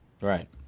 Right